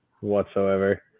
whatsoever